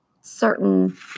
certain